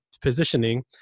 positioning